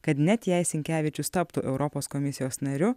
kad net jei sinkevičius taptų europos komisijos nariu